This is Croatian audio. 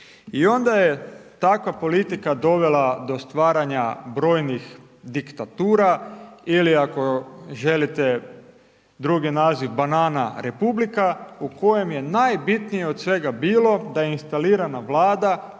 I onda je takva politika dovela do stvaranja brojnih diktatura, ili ako želite drugi naziv banana republika, u kojem je najbitnije od svega bilo da je instalirana Vlada